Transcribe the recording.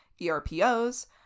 ERPOs